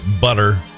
Butter